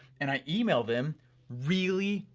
and i email them really,